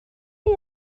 chi